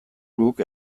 guk